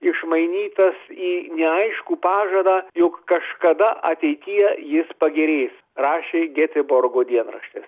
išmainytas į neaiškų pažadą jog kažkada ateityje jis pagerės rašė geteborgo dienraštis